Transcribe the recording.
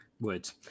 words